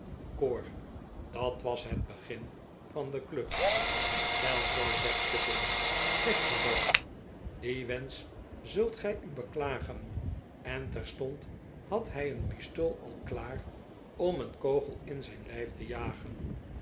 dat was het begin van de klucht wei zo zegt turpln zeg je dat dien wensoh zult gij u beklagen en terstond had hij een pistool al klaar om een kogel in t lijf hem te jagen